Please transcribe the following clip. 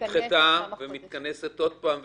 נדחה ומתכנסת עוד פעם,